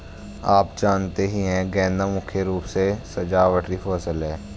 आप जानते ही है गेंदा मुख्य रूप से सजावटी फसल है